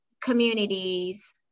communities